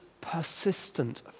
persistent